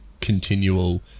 continual